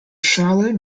charlotte